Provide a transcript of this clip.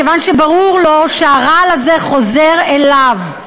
כיוון שברור לו שהרעל הזה חוזר אליו.